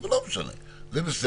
אבל לא משנה זה בסדר.